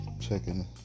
checking